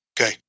Okay